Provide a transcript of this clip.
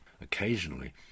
Occasionally